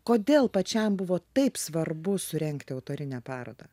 kodėl pačiam buvo taip svarbu surengti autorinę parodą